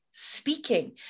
Speaking